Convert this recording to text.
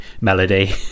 melody